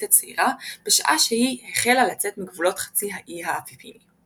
הצעירה בשעה שהיא החלה לצאת מגבולות חצי האי האפניני.